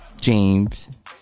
James